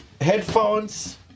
headphones